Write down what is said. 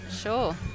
Sure